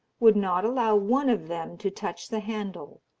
would not allow one of them to touch the handle.